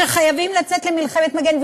שחייבים לצאת למלחמת מגן.